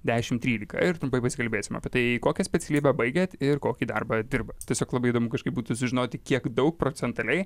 dešimt trylika ir trumpai pasikalbėsim apie tai kokią specialybę baigėt ir kokį darbą dirba tiesiog labai įdomu kažkaip būtų sužinoti kiek daug procentaliai